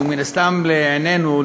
ומן הסתם לעינינו,